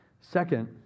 Second